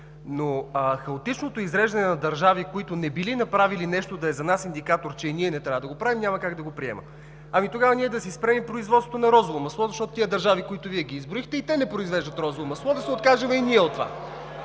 Хаотичното изреждане на държави, които не били направили нещо, да е за нас индикатор, че и ние не трябва да го правим, няма как да го приема. Тогава да си спрем и производството на розово масло, защото тези държави, които Вие изброихте, и те не произвеждат розово масло (оживление,